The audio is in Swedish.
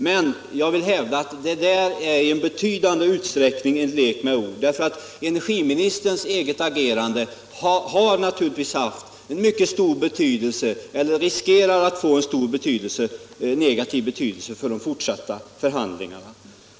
Men jag vill hävda att det i betydande utsträckning är en lek med ord. Energiministerns eget agerande har naturligtvis haft eller riskerar att få mycket stor negativ betydelse för de fortsatta förhandlingarna.